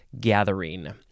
gathering